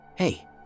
hey